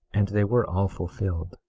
and they were all fulfilled.